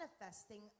manifesting